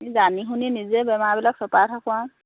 জানি শুনি নিজেই বেমাৰবিলাক চপাই থাকোঁ আৰু